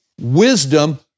wisdom